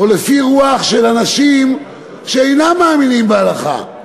או לפי רוח של אנשים שאינם מאמינים בהלכה.